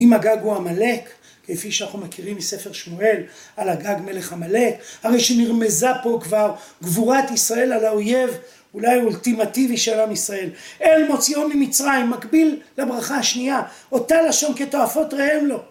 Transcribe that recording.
אם אגג הוא עמלק, כפי שאנחנו מכירים מספר שמואל, על אגג מלך עמלק, הרי שנרמזה פה כבר גבורת ישראל על האויב, אולי האולטימטיבי של עם ישראל, אל מוציאו ממצרים, מקביל לברכה השנייה, אותה לשון כתועפות ראם לו.